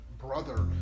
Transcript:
brother